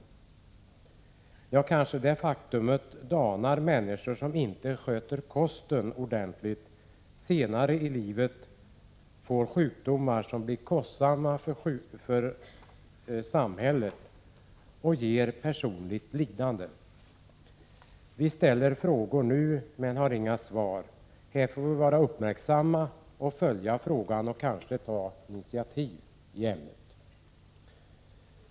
Om det senare är fallet kanske det danar människor som inte heller senare i livet sköter sin kosthållning och som därigenom får sjukdomar som blir dyra för samhället och förorsakar personligt lidande. Vi ställer frågor nu men har inga svar. Här får vi vara uppmärksamma och följa frågan och kanske ta initiativ i ämnet.